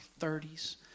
30s